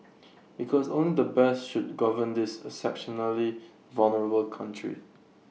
because only the best should govern this exceptionally vulnerable country